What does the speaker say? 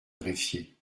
greffier